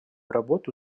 работу